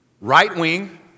right-wing